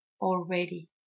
already